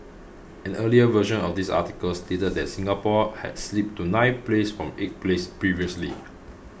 an earlier version of this article stated that Singapore had slipped to ninth place from eighth place previously